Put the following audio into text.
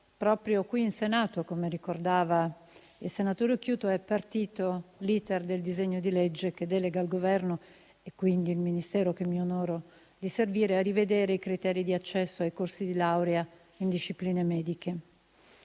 proprio qui in Senato, come ricordava il senatore Occhiuto, è partito l'*iter* del disegno di legge che delega il Governo, e quindi il Ministero che mi onoro di servire, a rivedere i criteri di accesso ai corsi di laurea in discipline mediche.